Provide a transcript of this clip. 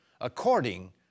according